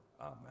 Amen